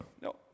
No